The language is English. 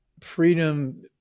freedom